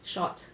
short